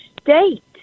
state